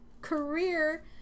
career